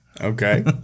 Okay